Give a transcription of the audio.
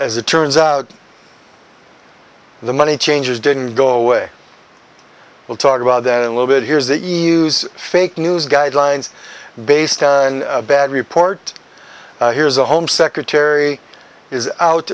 as it turns out the money changers didn't go away we'll talk about that a little bit here they use fake news guidelines based on a bad report here's the home secretary is out